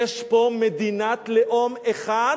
יש פה מדינת לאום אחד,